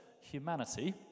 humanity